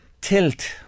tilt